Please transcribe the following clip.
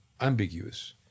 ambiguous